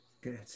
Good